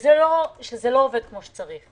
שזה לא עובד כמו שצריך.